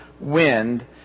wind